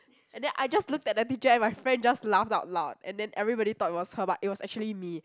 and then I just look at the teacher and my friend just laughed out loud and then everybody thought it was her but it was actually me